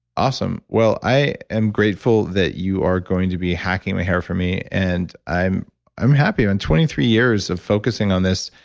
awesome. well, i am grateful that you are going to be hacking my hair for me, and i'm i'm happy. on twenty three years of focusing on this,